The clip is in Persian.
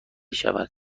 شود